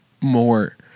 more